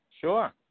Sure